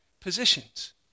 positions